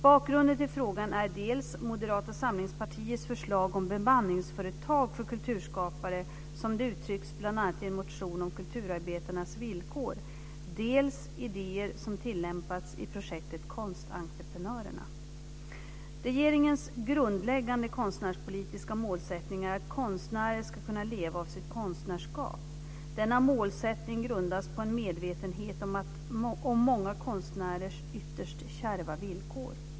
Bakgrunden till frågan är dels Moderata samlingspartiets förslag om bemanningsföretag för kulturskapare som det uttrycks bl.a. i en motion om kulturarbetarnas villkor , dels idéer som tillämpats i projektet Konstreprenörerna. Regeringens grundläggande konstnärspolitiska målsättning är att konstnärer ska kunna leva av sitt konstnärskap. Denna målsättning grundas på en medvetenhet om många konstnärers ytterst kärva villkor.